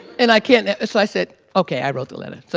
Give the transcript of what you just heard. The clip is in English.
and i can't so i said, okay, i wrote the letter so